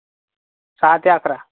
सहा ते अकरा